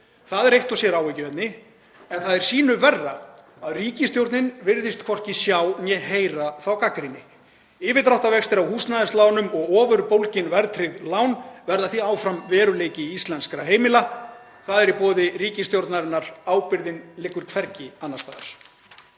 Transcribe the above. Það er eitt og sér áhyggjuefni en það er sýnu verra að ríkisstjórnin virðist hvorki sjá né heyra þá gagnrýni. Yfirdráttarvextir af húsnæðislánum og ofurbólgin verðtryggð lán verða því áfram veruleiki íslenskra heimila. Það er í boði ríkisstjórnarinnar. Ábyrgðin liggur hvergi annars staðar.